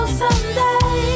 someday